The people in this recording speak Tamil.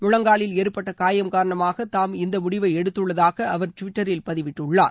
முழங்காலில் ஏற்பட்ட காயம் காரணமாக தாம் இந்த முடிவை எடுத்துள்ளதாக அவர் டுவிட்டரில் பதிவிட்டுள்ளார்